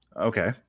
Okay